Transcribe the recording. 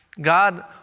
God